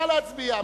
נא להצביע.